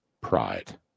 pride